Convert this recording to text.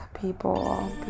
people